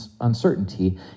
uncertainty